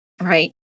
Right